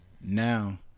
now